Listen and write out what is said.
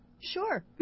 Sure